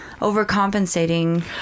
overcompensating